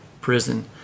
prison